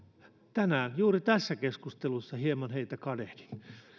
tänään juuri tässä keskustelussa hieman heitä kadehdin